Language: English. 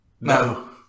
No